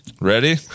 Ready